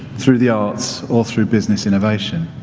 through the arts, or through business innovation.